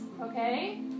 okay